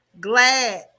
glad